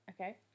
Okay